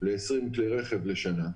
ל-20 כלי רכב לשנה.